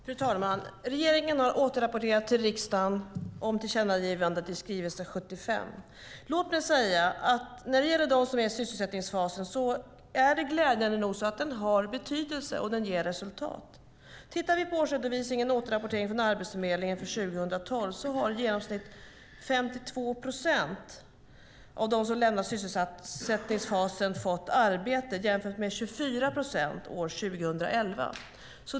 Fru talman! Regeringen har återrapporterat till riksdagen om tillkännagivandet i skrivelse 75. Låt mig säga att för dem som är i sysselsättningsfasen har den glädjande nog betydelse, och den ger resultat. Tittar vi på årsredovisningen och återrapporteringen från Arbetsförmedlingen för 2012 ser vi att av dem som lämnat sysselsättningsfasen har i genomsnitt 52 procent fått arbete jämfört med 24 procent 2011.